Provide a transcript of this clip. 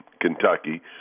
Kentucky